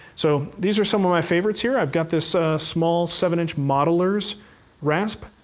so these are some of my favorites here. i've got this small, seven modeler's rasp,